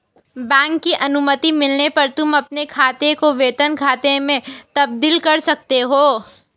bank की अनुमति मिलने पर तुम अपने खाते को वेतन खाते में तब्दील कर सकते हो